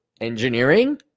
Engineering